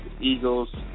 Eagles